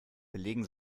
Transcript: belegen